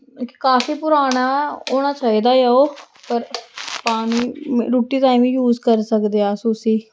काफी पुराना होना चाहिदा ऐ ओह् पर पानी रुट्टी ताईं बी यूस करी सकदे अस उस्सी